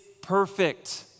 perfect